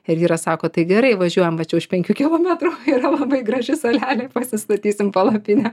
ir vyras sako tai gerai važiuojam va čia už penkių kilometrų yra labai graži salelė pasistatysim palapinę